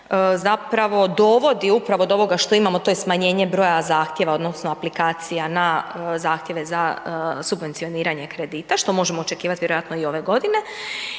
zapravo dovodi upravo do ovoga što imamo a to je smanjenje broja zahtjeva odnosno aplikacija na zahtjeve za subvencioniranje kredita, što možemo očekivati vjerojatno i ove godine.